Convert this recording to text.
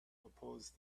oppose